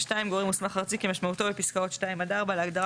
(2)גורם מוסמך ארצי כמשמעותו בפסקאות (2) עד (4) להגדרה